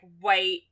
white